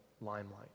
limelight